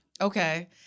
Okay